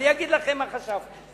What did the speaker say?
אגיד לכם מה חשבתי.